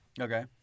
Okay